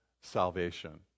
salvation